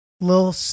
Little